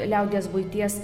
liaudies buities